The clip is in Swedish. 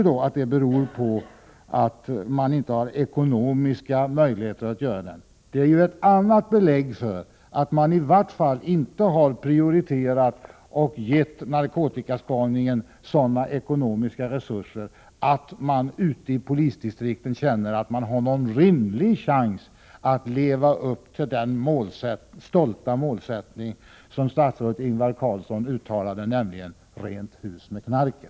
Detta beror på att det inte finns ekonomiska möjligheter till det. Det är ytterligare ett belägg för att man i varje fall inte har prioriterat och givit narkotikaspaningen sådana ekonomiska resurser att man ute i polisdistrikten känner att man har rimlig chans att leva upp till den stolta målsättning som statsrådet Ingvar Carlsson uttalade — rent hus med knarket.